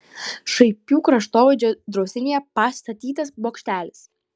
šaipių kraštovaizdžio draustinyje pastatytas bokštelis